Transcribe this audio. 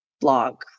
blog